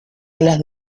alas